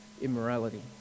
immorality